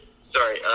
Sorry